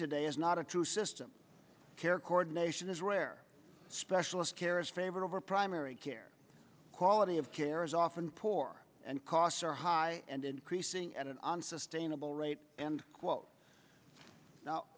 today is not a true system care coordination is where specialist care is favored over primary care quality of care is often poor and costs are high and increasing at an unsustainable rate and quote no